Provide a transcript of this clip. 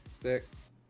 six